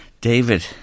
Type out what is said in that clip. David